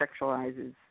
sexualizes